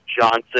Johnson